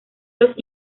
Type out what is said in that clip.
los